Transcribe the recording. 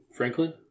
Franklin